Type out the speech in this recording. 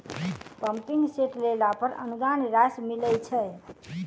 Pumping set लेला पर अनुदान राशि मिलय छैय?